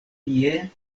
tie